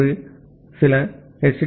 எனவே ஒரு சில எச்